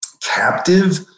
captive